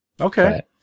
Okay